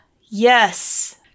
yes